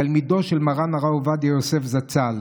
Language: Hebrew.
תלמידו של מרן הרב עובדיה יוסף זצ"ל,